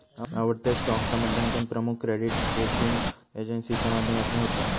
आवडत्या स्टॉकचा मुल्यांकन प्रमुख क्रेडीट रेटींग एजेंसीच्या माध्यमातना होता